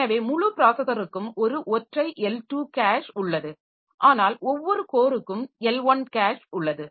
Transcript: எனவே முழு பிராஸஸருக்கும் ஒரு ஒற்றை L2 கேஷ் உள்ளது ஆனால் ஒவ்வொரு கோருக்கும் L1 கேஷ் உள்ளது